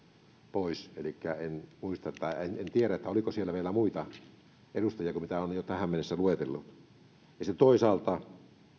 pois kun niitä en ollut vahventanut elikkä en tiedä oliko siellä vielä muita asiantuntijoita kuin ne jotka olen jo tähän mennessä luetellut toisaalta